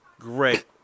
Great